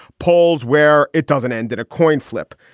polls where it doesn't end in a coin flip.